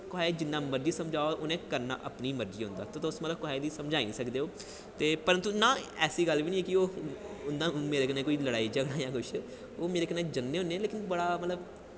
कुसे गी जिन्ना मर्जी समझाओ उ'नें करना अपनी मर्जी दा गै ते तुस मतलब गी कुसे गी समझाई नेईं सकदे ओ ते परंतु ऐसी गल्ल बी नेईं ऐ उं'दा मेरे कन्नै कोई लड़ाई झगड़ा जां कुछ ओह् मेरे कन्नै जंदे होंदे लेकिन बड़ा